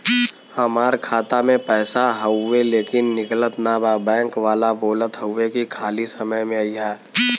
हमार खाता में पैसा हवुवे लेकिन निकलत ना बा बैंक वाला बोलत हऊवे की खाली समय में अईहा